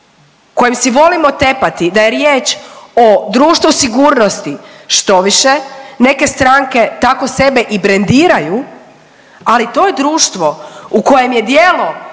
kojem si volimo tepati da je riječ o društvu sigurnosti štoviše neke stranke tako sebe i brendiraju, ali to je društvo u kojem je djelo